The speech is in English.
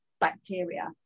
bacteria